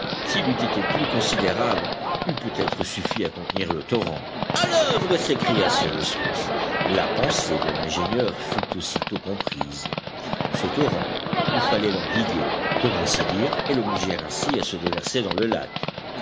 s'il eût été plus considérable eût peut-être suffi à contenir le torrent à l'oeuvre s'écria cyrus smith la pensée de l'ingénieur fut aussitôt comprise ce torrent il fallait l'endiguer pour ainsi dire et l'obliger ainsi à se déverser dans le lac